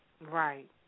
Right